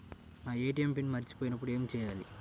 నా ATM PIN మర్చిపోయినప్పుడు ఏమి చేయాలి?